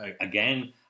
again